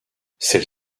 celle